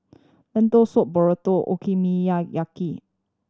Lentil Soup Burrito